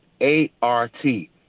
A-R-T